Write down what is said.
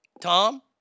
Tom